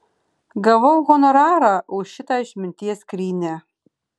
gavau honorarą už šitą išminties skrynią